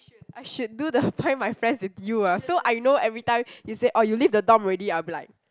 I should do the Find My Friends with you ah so I know every time you say oh you live the dorm already I'll be like